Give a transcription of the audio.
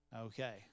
Okay